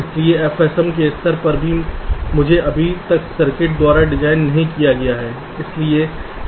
इसलिए FSM के स्तर पर भी मुझे अभी तक सर्किट द्वारा डिजाइन नहीं किया गया है